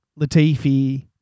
Latifi